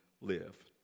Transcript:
live